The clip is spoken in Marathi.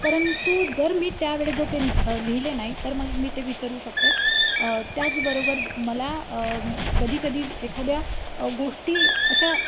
परंतु जर मी त्यावेळेत जर ते लिहिले नाही तर मग मी ते विसरू शकते त्याचबरोबर मला कधीकधी एखाद्या गोष्टी अशा